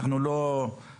אנחנו לא מפרידים.